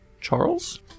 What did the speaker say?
Charles